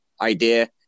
idea